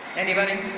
anybody?